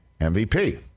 MVP